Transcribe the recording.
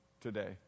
today